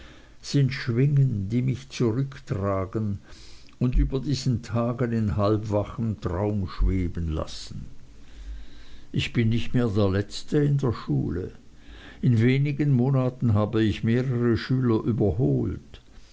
sind schwingen die mich zurücktragen und über diesen tagen in halbwachem traume schweben lassen ich bin nicht der letzte mehr in der schule in wenigen monaten habe ich mehrere schüler überholt